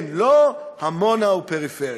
כן, לא, עמונה או פריפריה.